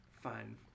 fun